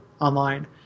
online